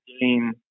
game